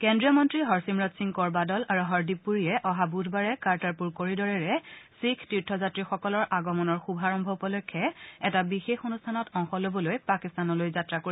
কেন্দ্ৰীয় মন্ত্ৰী হৰচিম্ৰত সিং কৌৰ বাদল আৰু হৰদীপ পুৰীয়ে অহা বুধবাৰে কাৰ্টাৰপুৰ কৰিডৰেৰে শিখ তীৰ্থযাত্ৰী সকলৰ আগমণৰ শুভাৰম্ভ উপলক্ষে এটা বিশেষ অনুষ্ঠানত অংশ লবলৈ পাকিস্তানলৈ যাত্ৰা কৰিব